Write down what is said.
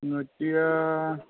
নৈতীয়া